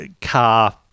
car